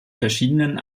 verschiedenen